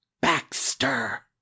baxter